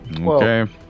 okay